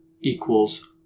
equals